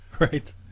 Right